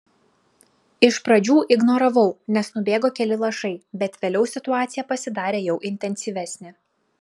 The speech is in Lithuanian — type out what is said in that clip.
iš pradžių ignoravau nes nubėgo keli lašai bet vėliau situacija pasidarė jau intensyvesnė